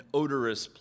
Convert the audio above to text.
odorous